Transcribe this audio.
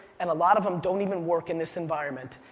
and a lot of them don't even work in this environment.